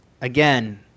again